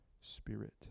spirit